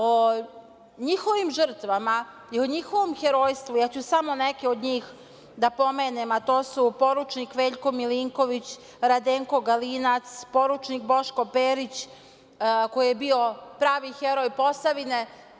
O njihovim žrtvama i o njihovom herojstvu, ja ću samo neke od njih da pomenem a to su poručnik Veljko Milinković, Radenko Galinac, poručnik Boško Perić, koji je bio pravi heroj „Posavine“